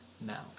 now